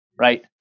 right